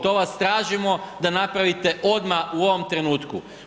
To vas tražimo da napravite odmah u ovom trenutku.